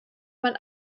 man